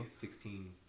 Sixteen